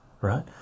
right